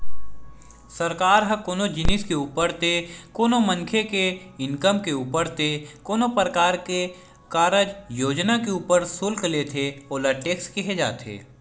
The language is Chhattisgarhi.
सरकार ह कोनो जिनिस के ऊपर ते कोनो मनखे के इनकम के ऊपर ते कोनो परकार के कारज योजना के ऊपर सुल्क लेथे ओला टेक्स केहे जाथे